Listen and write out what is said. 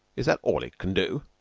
is that all it can do?